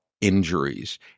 injuries